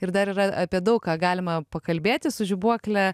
ir dar yra apie daug ką galima pakalbėti su žibuokle